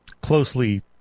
closely